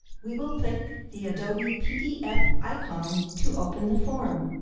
we will click the adobe pdf icon to open the form.